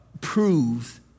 proves